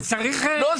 לא.